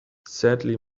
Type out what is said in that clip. sadly